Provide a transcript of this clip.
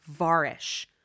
Varish